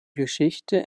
geschichte